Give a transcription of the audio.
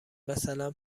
مثلا